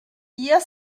ihr